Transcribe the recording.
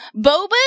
boba